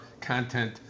content